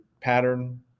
pattern